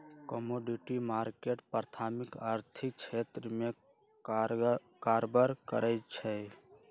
commodity market प्राथमिक आर्थिक क्षेत्र में कारबार करै छइ